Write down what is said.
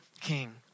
king